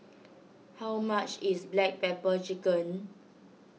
how much is Black Pepper Chicken